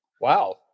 Wow